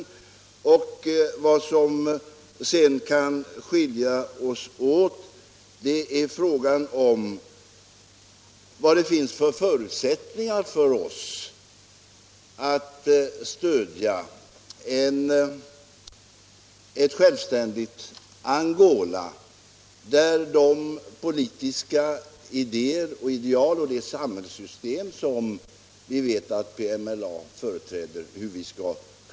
Vad som däremot kan skilja oss åt är frågan om vilka förutsättningar vi har att stödja ett självständigt Angola, så att vi kan främja de politiska idéer och ideal och det samhällssystem som vi vet att MPLA företräder.